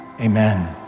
Amen